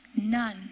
None